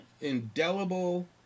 Indelible